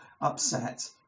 upset